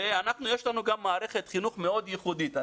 יש לנו גם מערכת חינוך מאוד ייחודית.